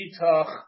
itach